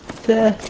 the